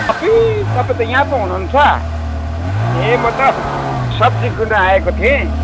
अपुइ तपाईँ त यहाँ पो हुनुहुन्छ ए म त सब्जी किन्न आएको थिएँ